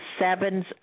sevens